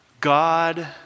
God